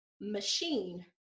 machine